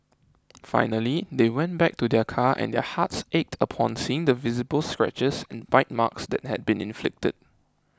finally they went back to their car and their hearts ached upon seeing the visible scratches and bite marks that had been inflicted